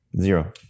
Zero